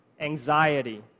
anxiety